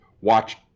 watch